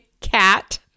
cat